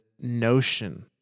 notion